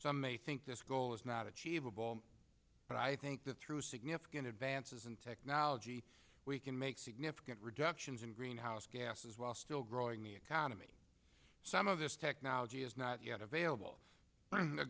some may think this goal is not achievable but i think that through significant advances in technology we can make significant reductions in greenhouse gases while still growing the economy some of this technology is not yet available a